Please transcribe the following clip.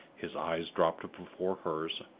his eyes dropped before hers,